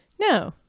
No